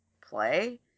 play